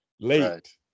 late